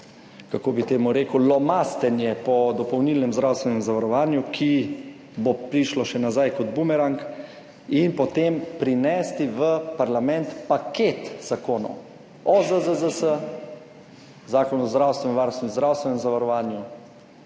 kako bi temu rekel, lomastenje po dopolnilnem zdravstvenem zavarovanju, ki bo prišlo še nazaj kot bumerang in potem prinesti v parlament paket zakonov o ZZZS, Zakon o zdravstvenem varstvu in zdravstvenem zavarovanju,